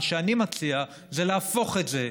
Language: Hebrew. מה שאני מציע זה להפוך את זה: